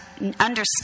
understand